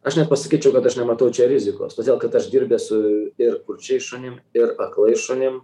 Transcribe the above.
aš net pasakyčiau kad aš nematau čia rizikos todėl kad aš dirbęs su ir kurčiais šunim ir aklais šunim